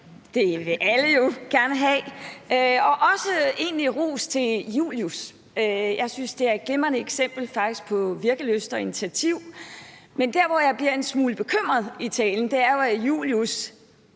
det vil alle jo gerne have – og egentlig også ros til Julius; jeg synes faktisk, at det er et glimrende eksempel på virkelyst og initiativ. Men der, hvor jeg bliver en smule bekymret under talen, er, i forhold til at Julius'